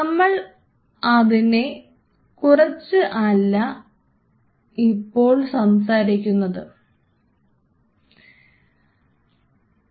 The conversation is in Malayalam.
നമ്മൾ അതിനെ കുറിച്ച് അല്ല ഇപ്പോൾ സംസാരിക്കാൻ പോകുന്നത്